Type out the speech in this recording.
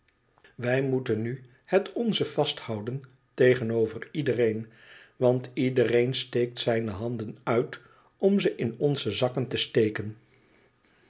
wij moeten nu het onze vasthouden tegenover iedereen want iedereen steekt zijne handen uit om ze in onze zakken te steken